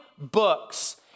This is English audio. books